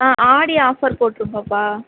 ஆ Aadi offer போட்டிருக்கோம்ப்பா